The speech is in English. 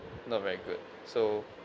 not very good so